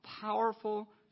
Powerful